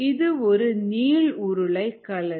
இது ஒரு நீள் உருளை கலன்